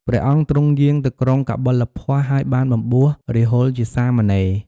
ព្រះអង្គទ្រង់យាងទៅក្រុងកបិលពស្តុ ហើយបានបំបួសរាហុលជាសាមណេរ។